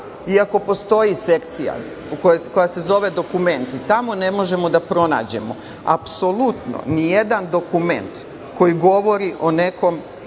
iako postoji sekcija koja se zove – dokumenti, tamo ne možemo da pronađemo apsolutno nijedan dokument koji govori o nekoj